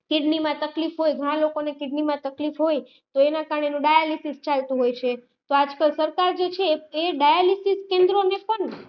કિડનીમાં તકલીફ હોય ઘણા લોકોને કિડનીમાં તકલીફ હોય તો એના કારણે એનું ડાયાલીસીસ ચાલતું હોય છે તો આજકાલ સરકાર જે છે એ ડાયાલીસીસ કેન્દ્રોને પણ